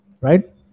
right